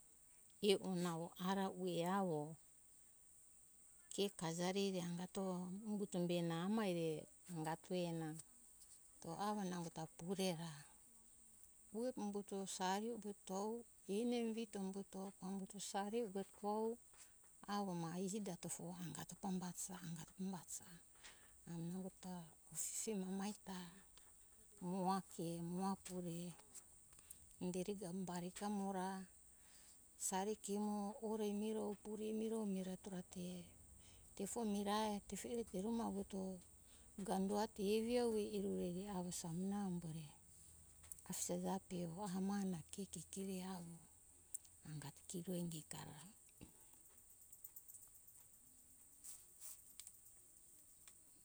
E ona avo ara ue avo ke kajari re angato umbuto mihena amai re angato ue na o avo nau ta pure ra hi o umbuto sari ue to eni umbuto pambuto sari ue to avo ma iji gosike tovo angato pambati uja angato umbto nango ta asisi namo aita moha ke moha ba pure inderi ba gamo ra sari kio ore miro pure miro mire to ra te tefo mirae te eruma vuto ga do ati evi avo erue avo samuna ambore afija jape vaha mana kiki kiri eha avo angati kijo inge kara